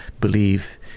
believe